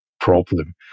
problem